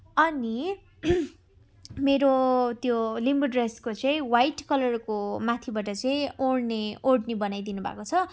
अनि मेरो त्यो लिम्बू ड्रेसको चाहिँ व्हाइट कलरको माथिबाट चाहिँ ओढ्ने ओढनी बनाइदिनु भएको छ